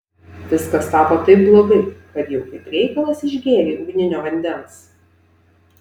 viskas tapo taip blogai kad jau kaip reikalas išgėrei ugninio vandens